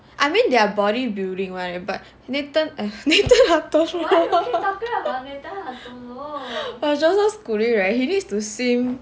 I mean they are body building right but nathan nathan hartono but joseph schooling right he needs to swim